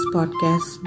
Podcast